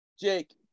Jake